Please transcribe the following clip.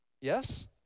Yes